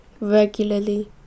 regularly